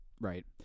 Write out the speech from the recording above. Right